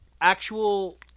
actual